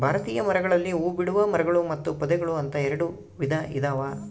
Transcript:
ಭಾರತೀಯ ಮರಗಳಲ್ಲಿ ಹೂಬಿಡುವ ಮರಗಳು ಮತ್ತು ಪೊದೆಗಳು ಅಂತ ಎರೆಡು ವಿಧ ಇದಾವ